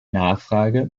nachfrage